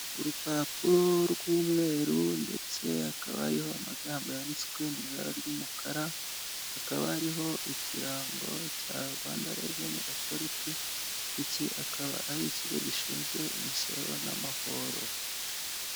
Urupapuro rw'umweru ndetse hakaba ariho amagambo yanditswe mu ibara ry'umukara, hakaba ari ikirango cya Rwanda Revenue Authority, iki KIkaba ari ikigo gishinzwe imisoro n'amahooro.